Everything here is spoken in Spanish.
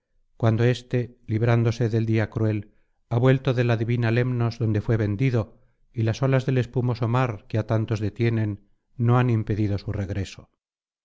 cuando éste librándose del día cruel ha vuelto de la divina lemnos donde fué vendido y las olas del espumoso mar que á tantos detienen no han impedido su regreso